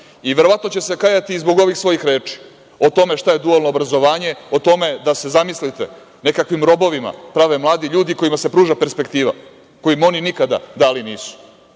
kasno. Verovatno će se kajati i zbog ovih svojih reči o tome šta je dualno obrazovanje, o tome da se zamislite, nekakvim robovima se prave mladi ljudi kojima se pruža perspektiva, koju im oni nikada dali nisu.